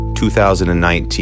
2019